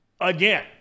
again